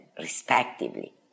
respectively